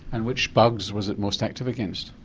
and which bugs was it most active against?